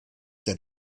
that